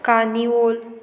carnival